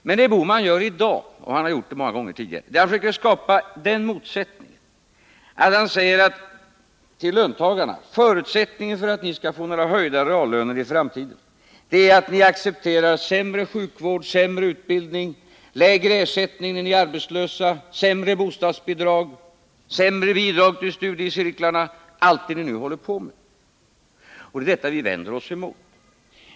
Men det Gösta Bohman gör i dag — och han har gjort det många gånger tidigare — är att försöka skapa motsättning. Han säger till löntagarna: Förutsättningen för att ni skall få några höjda reallöner i framtiden är att ni accepterar sämre sjukvård, sämre utbildning, lägre ersättning när ni är arbetslösa, lägre bostadsbidrag, lägre bidrag till studiecirklarna och till allt det ni nu håller på med. Det är detta vi vänder oss emot.